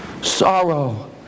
sorrow